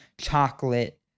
Chocolate